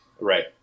Right